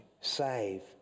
save